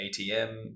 ATM